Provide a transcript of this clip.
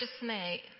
dismay